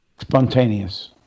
spontaneous